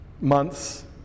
months